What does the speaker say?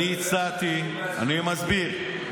אני מסביר,